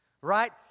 Right